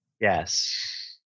Yes